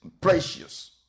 precious